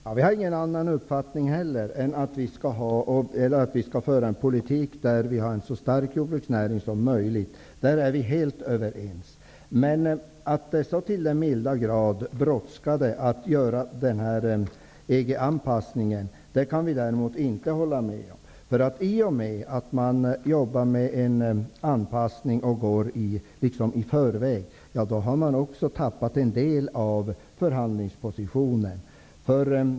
Herr talman! Vi har ingen annan uppfattning än att vi skall föra en politik som bidrar till att skapa en så stark jordbruksnäring som möjligt. Där är vi helt överens. Men att det så till den milda grad brådskar med EG anpassningen kan vi däremot inte hålla med om. I och med att man jobbar med en anpassning liksom i förväg, förlorar man en del av förhandlingspositionen.